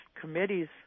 committees